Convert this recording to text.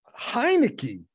Heineke